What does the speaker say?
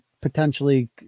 potentially